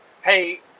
hey